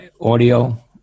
audio